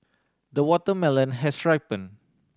the watermelon has ripened